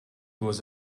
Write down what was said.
was